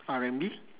R and B